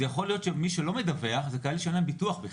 יכול להיות שמי שלא מדווח זה כאלה שאין להם ביטוח בכלל.